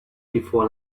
before